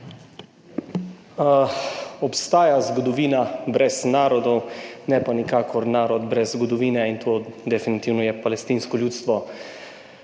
Obstaja zgodovina brez narodov, ne pa nikakor narod brez zgodovine, in to definitivno je palestinsko ljudstvo.